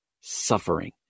suffering